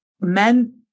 men